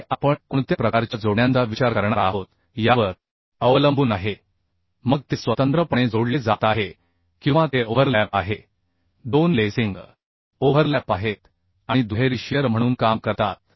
आणि हे आपण कोणत्या प्रकारच्या जोडण्यांचा विचार करणार आहोत यावर अवलंबून आहे मग ते स्वतंत्रपणे जोडले जात आहे किंवा ते ओव्हरलॅप आहे 2 लेसिंग ओव्हरलॅप आहेत आणि दुहेरी शिअर म्हणून काम करतात